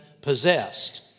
possessed